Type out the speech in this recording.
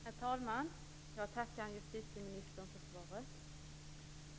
Herr talman! Jag tackar justitieministern för svaret.